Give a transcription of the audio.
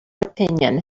opinion